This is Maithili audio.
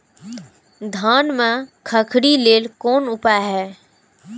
धान में खखरी लेल कोन उपाय हय?